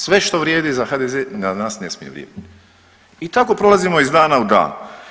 Sve što vrijedi za HDZ za nas ne smije vrijediti i tako prolazimo iz dana u dan.